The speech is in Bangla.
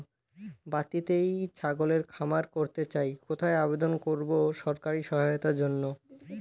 বাতিতেই ছাগলের খামার করতে চাই কোথায় আবেদন করব সরকারি সহায়তার জন্য?